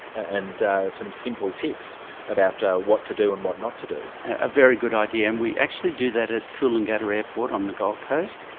and some simple tips about what to do and what not to do. a very good idea. and we actually do that at coolangatta airport on the gold coast.